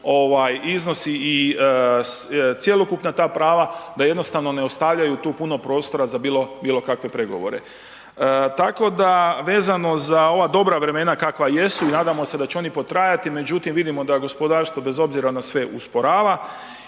iznosi i cjelokupna ta prava da jednostavno ne ostavljaju tu puno prostora za bilo, bilo kakve pregovore. Tako da vezano za ova dobra vremena kakva jesu nadamo se da će oni potrajati međutim vidimo da gospodarstvo bez obzira na sve usporava